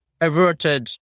averted